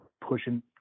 pushing